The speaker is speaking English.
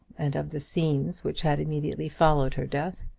and of the scenes which had immediately followed her death.